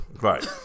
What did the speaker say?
Right